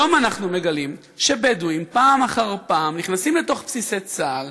היום אנחנו מגלים שבדואים פעם אחר פעם נכנסים לתוך בסיסי צה"ל,